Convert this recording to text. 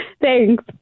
Thanks